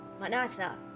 Manasa